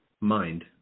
Mind